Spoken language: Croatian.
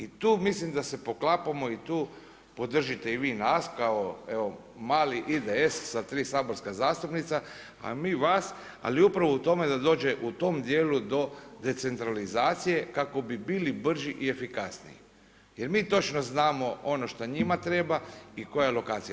I tu mislim da se poklapamo i tu podržite i vi nas kao evo mali IDS sa tri saborska zastupnika a mi vas, ali upravo u tome da dođe u tom dijelu do decentralizacije kako bi bili brži i efikasniji jer mi točno znamo ono što njima treba i koja lokacija.